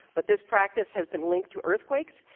but this practice has been linked to earthquakes,